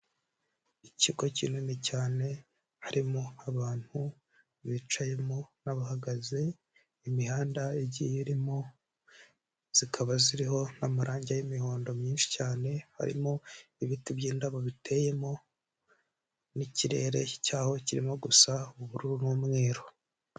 Ikigo kinini cyane harimo abantu bicayemo n'abahagaze, imihanda igiye irimo zikaba ziriho n'amarange y'imihondo myinshi cyane, harimo ibiti by'indabo biteyemo n'ikirere cyaho kirimo gusa ubururu n'umweru.